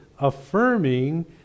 affirming